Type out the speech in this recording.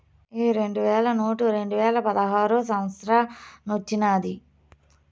ఈ రెండు వేల నోటు రెండువేల పదహారో సంవత్సరానొచ్చినాది